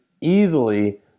easily